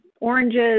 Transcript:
oranges